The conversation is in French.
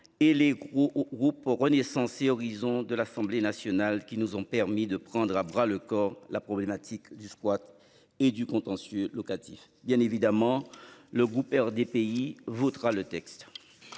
au groupe Renaissance et Horizons de l'Assemblée nationale qui nous ont permis de prendre à bras le corps la problématique du squat et du contentieux locatifs bien évidemment le groupe RDPI votera le texte.